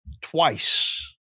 twice